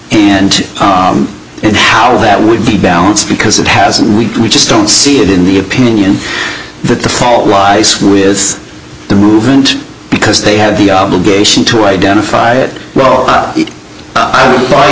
and and how that would be balanced because it has and we just don't see it in the opinion that the fault lies with the movement because they have the obligation to identify it roll i